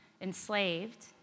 enslaved